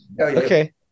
Okay